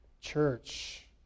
church